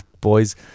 boys